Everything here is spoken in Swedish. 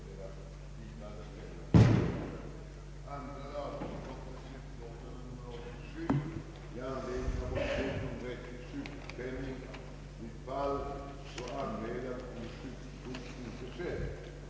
I sitt yttrande hade utskottet bland annat ansett, att det borde undersökas om man genom lagstiftning eller på annat sätt kunde öka medborgarinflytandet i planprocessen.